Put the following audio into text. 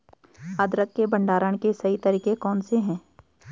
अदरक के भंडारण के सही तरीके कौन से हैं?